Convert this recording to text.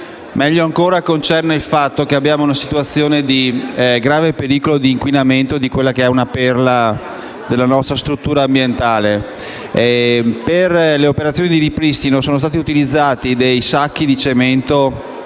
Meglio ancora, concerne il fatto che abbiamo una situazione di grave pericolo di inquinamento di una perla della nostra struttura ambientale. Per le operazioni di ripristino, infatti, sono stati utilizzati dei sacchi di cemento